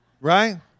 Right